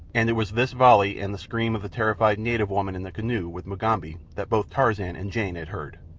and it was this volley and the scream of the terrified native woman in the canoe with mugambi that both tarzan and jane had heard.